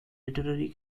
literary